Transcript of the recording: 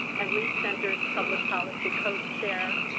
and lead center's public policy co-chair,